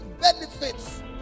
benefits